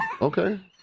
Okay